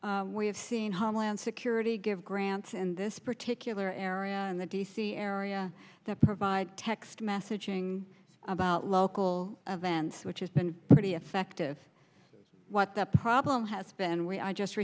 have seen homeland security give grants in this particular area and the d c area the provide text messaging about local events which has been pretty effective what the problem has been when i just